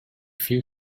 few